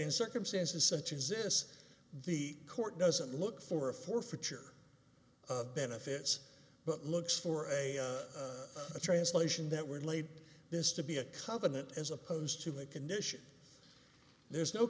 in circumstances such as this the court doesn't look for a forfeiture of benefits but looks for a translation that were laid this to be a covenant as opposed to a condition there's no